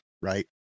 right